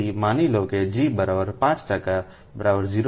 તેથી માની લો કેg50